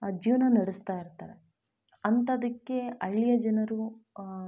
ಜೀವನ ನಡೆಸ್ತಾ ಇರ್ತಾರೆ ಅಂಥದಕ್ಕೆ ಹಳ್ಳಿಯ ಜನರು